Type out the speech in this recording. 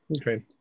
Okay